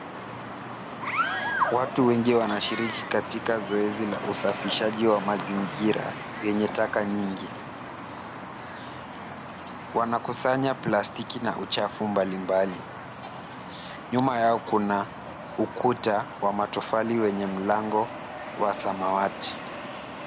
Watu wengi wanashiriki katika zoezi la usafishaji wa mazingira yenye taka nyingi. Wanakusanya plastiki na uchafu mbalimbali. Nyuma yao kuna ukuta wa matofali wenye mlango wa samawati.